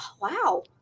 wow